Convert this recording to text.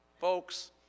Folks